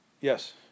yes